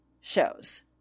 shows